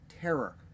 terror